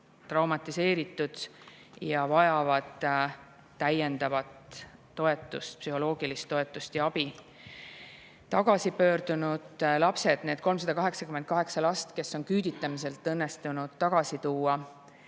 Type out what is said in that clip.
traumatiseeritud, nad vajavad psühholoogilist toetust ja abi. Tagasi pöördunud lapsed, need 388 last, kes on küüditamiselt õnnestunud tagasi tuua